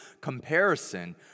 comparison